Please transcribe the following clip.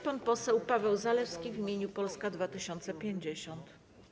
Pan poseł Paweł Zalewski w imieniu koła Polska 2050.